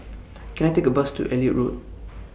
Can I Take A Bus to Elliot Road